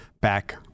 back